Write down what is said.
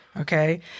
Okay